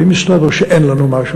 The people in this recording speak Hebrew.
ואם יסתבר שאין לנו משהו,